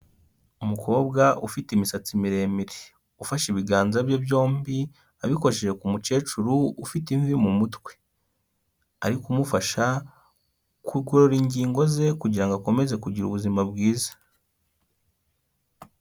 Umukobwa ufite imisatsi miremire, ufashe ibiganza bye byombi abikojeje ku mukecuru ufite imvi mu mutwe, ari kumufasha kugorora ingingo ze kugira ngo akomeze kugira ubuzima bwiza.